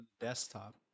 desktop